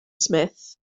smith